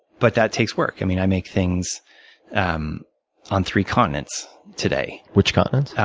but that takes work. i mean, i make things um on three continents today. which continents?